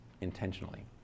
intentionally